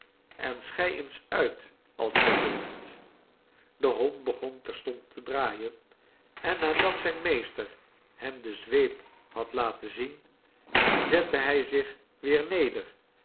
en schei eens uit als gij durft de hond begon terstond te draaien en nadat zijn meester hem de zweep had laten zien zette hij zich weer neder